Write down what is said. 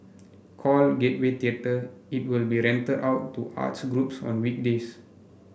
called Gateway Theatre it will be rented out to arts groups on weekdays